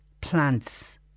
plants